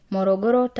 Morogoro